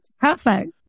Perfect